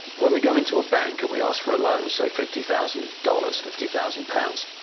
when we go into a bank, and we ask for a loan, say fifty thousand dollars, fifty thousand pounds,